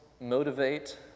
motivate